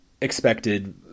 expected